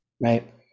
right